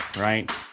right